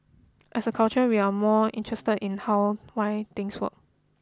as a culture we are more interested in how why things were